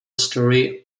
story